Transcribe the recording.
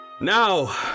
Now